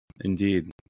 indeed